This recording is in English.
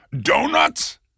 Donuts